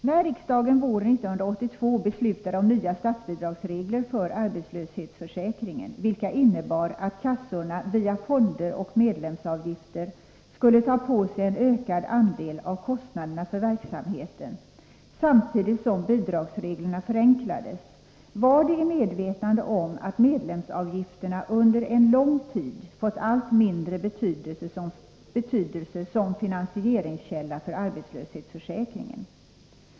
När riksdagen våren 1982 beslutade om nya statsbidragsregler för arbetslöshetsförsäkringen, vilka innebar att kassorna via fonder och medlemsavgifter skulle ta på sig en ökad andel av kostnaderna för verksamheten samtidigt som bidragsreglerna förenklades, var det i medvetande om att medlemsavgifterna under en lång tid fått allt mindre betydelse som finansieringskälla för arbetslöshetsförsäkringen.